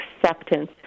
acceptance